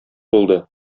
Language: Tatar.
булды